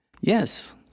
yes